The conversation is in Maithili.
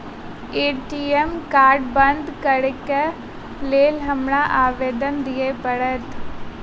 ए.टी.एम कार्ड बंद करैक लेल हमरा आवेदन दिय पड़त?